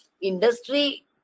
industry